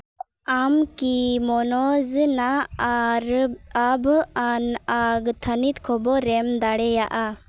ᱟᱢ ᱠᱤ ᱢᱳᱱᱳᱡᱽᱱᱟ ᱟᱨ ᱟᱵᱷ ᱟᱱ ᱟᱜᱽ ᱛᱷᱟᱹᱱᱤᱛ ᱠᱷᱚᱵᱚᱨᱮᱢ ᱮᱢ ᱫᱟᱲᱮᱭᱟᱜᱼᱟ